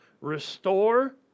Restore